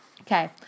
Okay